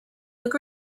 look